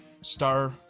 star